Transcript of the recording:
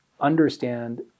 understand